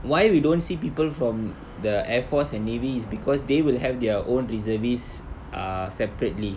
why we don't see people from the air force and navy is because they will have their own reservist ah separately